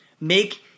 make